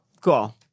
Cool